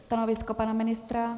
Stanovisko pana ministra?